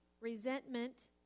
resentment